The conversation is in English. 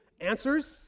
answers